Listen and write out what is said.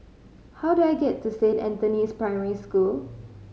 how do I get to Saint Anthony's Primary School